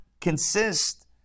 consist